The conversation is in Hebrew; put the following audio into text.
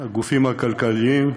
הגופים הכלכליים,